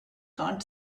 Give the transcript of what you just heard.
cannot